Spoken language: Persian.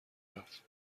رفت